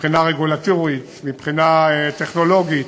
מבחינה רגולטורית, מבחינה טכנולוגית,